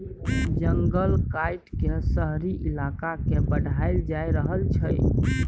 जंगल काइट के शहरी इलाका के बढ़ाएल जा रहल छइ